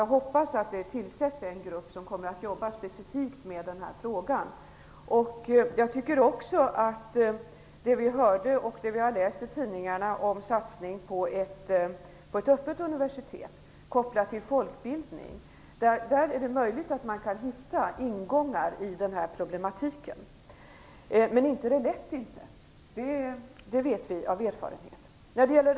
Jag hoppas att det tillsätts en grupp som kommer att jobba specifikt med den här frågan. Jag tycker också att satsningen på ett öppet universitet, kopplat till folkbildning, som vi hört talas om och läst om i tidningarna, kan göra att man hittar ingångar i problematiken. Men det är inte lätt - det vet vi av erfarenhet.